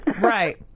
Right